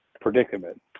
Predicament